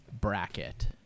bracket